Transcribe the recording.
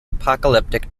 apocalyptic